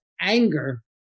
anger